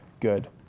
good